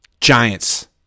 Giants